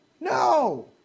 No